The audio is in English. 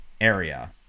area